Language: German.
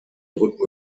brücken